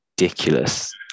ridiculous